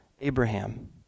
Abraham